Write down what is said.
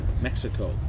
Mexico